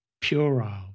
puerile